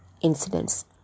incidents